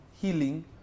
healing